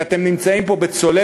כי אתם נמצאים פה בצוללת,